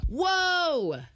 Whoa